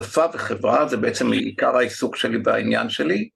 שפה וחברה זה בעצם עיקר העיסוק שלי בעניין שלי